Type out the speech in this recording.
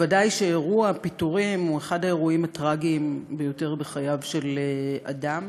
ובוודאי שאירוע פיטורים הוא אחד האירועים הטרגיים ביותר בחייו של אדם.